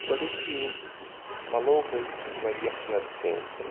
گۄڈنیُک چیٖز پَلو گٔے واریاہ زیادٕ چینٛج